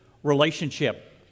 Relationship